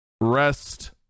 Rest